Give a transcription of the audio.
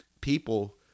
people